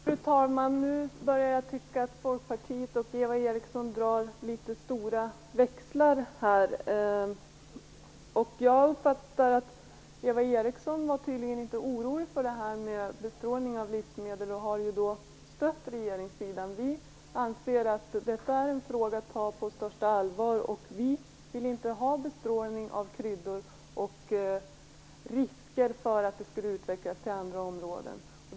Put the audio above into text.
Fru talman! Jag börjar tycka att Folkpartiet och Eva Eriksson drar för stora växlar på det här. Jag uppfattade det som att Eva Eriksson tydligen inte var orolig för bestrålning av livsmedel och har stött regeringssidan. Vi anser att detta är en fråga att ta på största allvar. Vi vill inte ha bestrålning av kryddor och risker för att det skulle utvecklas till att omfatta andra områden.